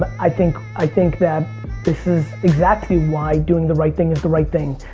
i think i think that this is exactly why doing the right thing is the right thing.